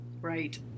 right